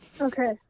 Okay